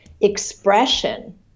expression